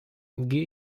gehe